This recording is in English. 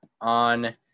on